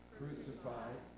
crucified